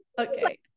Okay